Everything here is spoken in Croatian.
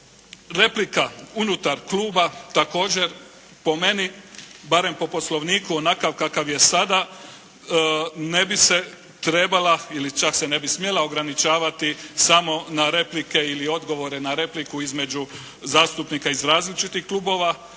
Replika unutar kluba također po meni, barem po Poslovniku onakav kakav je sada ne bi se trebala ili čak se ne bi smjela ograničavati samo na replike ili odgovore na repliku između zastupnika iz različitih kluba,